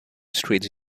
streets